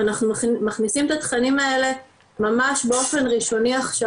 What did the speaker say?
ואנחנו מכניסים את התכנים האלה ממש באופן ראשוני עכשיו,